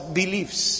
beliefs